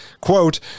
Quote